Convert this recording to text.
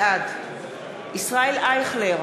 בעד ישראל אייכלר,